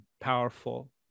powerful